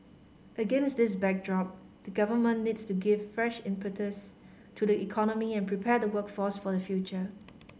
against this backdrop the Government needs to give fresh impetus to the economy and prepare the workforce for the future